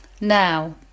Now